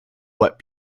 what